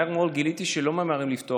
מהר מאוד גיליתי שלא ממהרים לפתוח